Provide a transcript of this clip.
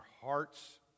hearts